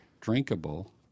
drinkable